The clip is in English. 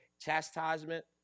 chastisement